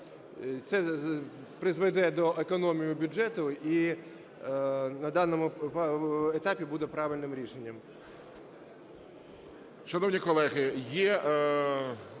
Це призведе до економії бюджету і на даному етапі буде правильним рішенням.